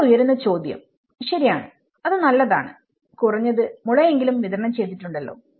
ഇപ്പോൾ ഉയരുന്ന ചോദ്യം ശരിയാണ് അത് നല്ലതാണ് കുറഞ്ഞത് മുള എങ്കിലും വിതരണം ചെയ്തിട്ടുണ്ടല്ലോ